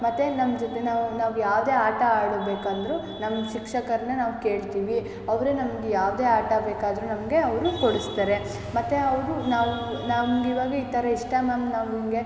ಮತ್ತು ನಮ್ಮ ಜೊತೆ ನಾವು ನಾವು ಯಾವುದೇ ಆಟ ಆಡ್ಬೇಕಂದ್ರೂ ನಮ್ಮ ಶಿಕ್ಷಕರನ್ನೇ ನಾವು ಕೇಳ್ತೀವಿ ಅವರೇ ನಮಗೆ ಯಾವುದೇ ಆಟ ಬೇಕಾದ್ರೂ ನಮಗೆ ಅವರು ಕೊಡಿಸ್ತಾರೆ ಮತ್ತು ಅವರು ನಾವು ನಮ್ಗೆ ಇವಾಗ ಈ ಥರ ಇಷ್ಟ ಮ್ಯಾಮ್ ನಮಗೆ